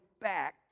back